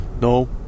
No